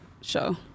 show